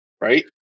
right